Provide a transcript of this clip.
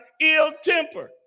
Ill-tempered